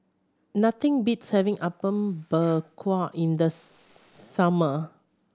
nothing beats having Apom Berkuah in the summer